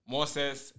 Moses